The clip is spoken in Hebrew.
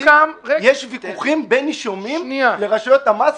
יש ויכוחים בין נישומים לרשויות המס,